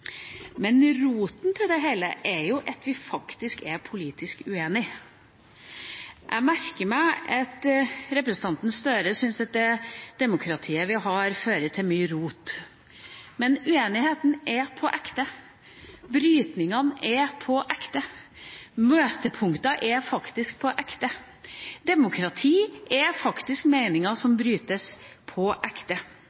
Men roten til det hele er jo at vi faktisk er politisk uenige. Jeg merker meg at representanten Gahr Støre syns demokratiet vi har, fører til mye rot. Men uenigheten er ekte, brytningene er ekte, møtepunktene er faktisk ekte – demokrati er faktisk meninger som